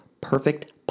perfect